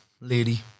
lady